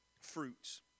fruits